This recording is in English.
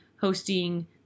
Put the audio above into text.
hosting